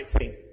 19